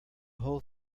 whole